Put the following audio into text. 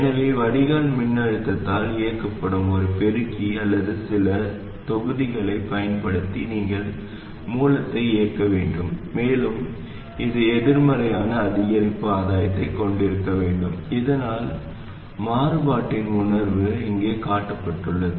எனவே வடிகால் மின்னழுத்தத்தால் இயக்கப்படும் ஒரு பெருக்கி அல்லது சில தொகுதிகளைப் பயன்படுத்தி நீங்கள் மூலத்தை இயக்க வேண்டும் மேலும் இது எதிர்மறையான அதிகரிப்பு ஆதாயத்தைக் கொண்டிருக்க வேண்டும் இதனால் மாறுபாட்டின் உணர்வு இங்கே காட்டப்பட்டுள்ளது